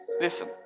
listen